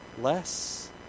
less